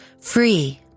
free